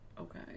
okay